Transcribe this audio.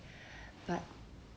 but